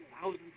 thousands